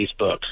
Facebook